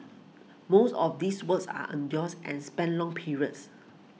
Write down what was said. most of these works are arduous and span long periods